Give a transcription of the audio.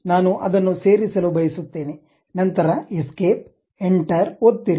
ನಾನು ಅದನ್ನು ಸೇರಿಸಲು ಬಯಸುತ್ತೇನೆ ನಂತರ ಎಸ್ಕೇಪ್ ಎಂಟರ್ ಒತ್ತಿರಿ